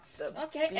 Okay